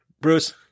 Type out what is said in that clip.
Bruce